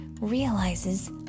realizes